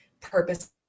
purpose